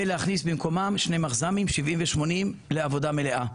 ולהכניס במקומן שני מחז"מים 70 ו-80 לעבודה מלאה.